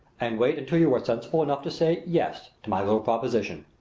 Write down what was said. and wait until you are sensible enough to say yes to my little proposition.